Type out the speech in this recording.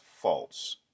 false